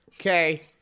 Okay